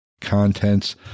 contents